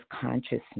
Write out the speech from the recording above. consciousness